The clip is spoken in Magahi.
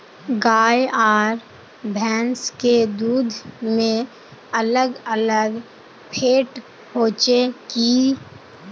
गाय आर भैंस के दूध में अलग अलग फेट होचे की?